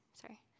Sorry